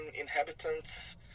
inhabitants